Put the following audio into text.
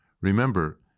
Remember